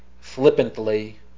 flippantly